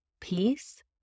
peace